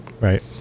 right